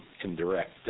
indirect